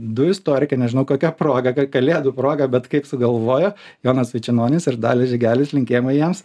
du istorikai nežinau kokia proga ka kalėdų proga bet kaip sugalvojo jonas vaičenonis ir dalius žygelis linkėjimai jiems